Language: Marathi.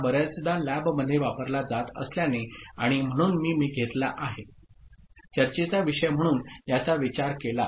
हा बर्याचदा लॅबमध्ये वापरला जात असल्याने आणि म्हणून मी घेतला आहे चर्चेचा विषय म्हणून याचा विचार केला